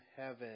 heaven